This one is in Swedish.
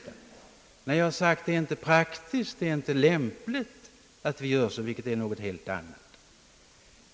Där emot har jag sagt att det inte är praktiskt och lämpligt, vilket är något helt annat.